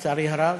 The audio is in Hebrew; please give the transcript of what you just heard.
לצערי הרב.